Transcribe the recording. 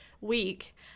week